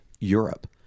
Europe